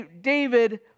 David